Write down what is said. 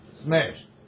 Smashed